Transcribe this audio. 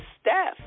Steph